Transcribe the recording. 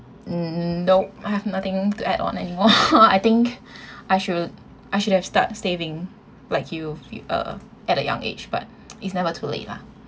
um nope I have nothing to add on anymore I think I should I should have start saving like you uh at a young age but it's never too late lah